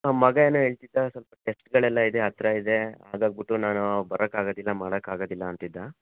ಹಾಂ ಮಗ ಏನೋ ಹೇಳ್ತಿದ್ದ ಸ್ವಲ್ಪ ಟೆಸ್ಟ್ಗಳೆಲ್ಲ ಇದೆ ಹತ್ರ ಇದೆ ಹಾಗಾಗ್ಬುಟ್ಟು ನಾನು ಬರಕ್ಕೆ ಆಗದಿಲ್ಲ ಮಾಡಕ್ಕೆ ಆಗದಿಲ್ಲ ಅಂತಿದ್ದ